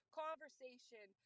conversation